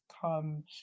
come